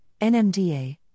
NMDA